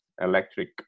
electric